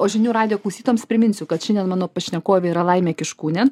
o žinių radijo klausytojams priminsiu kad šiandien mano pašnekovė yra laimė kiškūnė